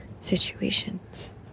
situations